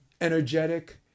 energetic